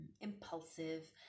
impulsive